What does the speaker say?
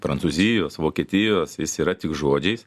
prancūzijos vokietijos jis yra tik žodžiais